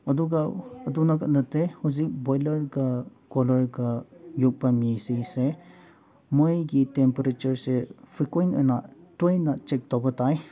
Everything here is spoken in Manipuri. ꯑꯗꯨꯒ ꯑꯗꯨꯉꯥꯛ ꯅꯠꯇꯦ ꯍꯧꯖꯤꯛ ꯕꯣꯏꯂꯔꯒ ꯀꯣꯏꯂꯔꯒ ꯌꯣꯛꯄ ꯃꯤꯁꯤꯡꯁꯦ ꯃꯣꯏꯒꯤ ꯇꯦꯝꯄꯔꯦꯆꯔꯁꯦ ꯐ꯭ꯔꯤꯀ꯭ꯋꯦꯟ ꯑꯣꯏꯅ ꯇꯣꯏꯅ ꯆꯦꯛ ꯇꯧꯕ ꯇꯥꯏ